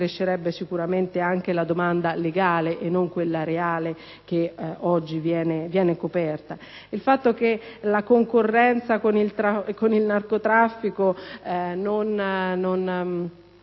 sicuramente anche la domanda legale, e non quella reale, che oggi viene coperta. Lei dice inoltre che la concorrenza con il narcotraffico